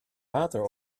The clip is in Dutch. water